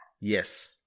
yes